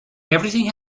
everything